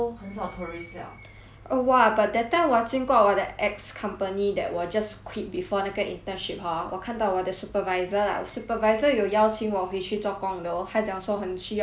oh !wah! but that time 我经过我的 ex company that 我 just quit before 那个 internship hor 我看到我的 supervisor lah 我 supervisor 有邀请我回去做工 though 他讲说很需要人 but then 我就想说 like